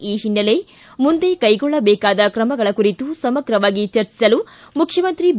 ಈ ಹಿನ್ನೆಲೆ ಮುಂದೆ ಕೈಗೊಳ್ಳಬೇಕಾದ ಕ್ರಮಗಳ ಕುರಿತು ಸಮಗ್ರವಾಗಿ ಚರ್ಚಿಸಲು ಮುಖ್ಯಮಂತ್ರಿ ಬಿ